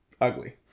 ugly